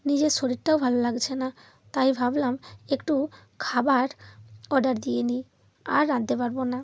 নিজের শরীরটাও ভালো লাগছে না তাই ভাবলাম একটু খাবার অর্ডার দিয়ে নিই আর রাঁধতে পারবো না